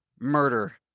murder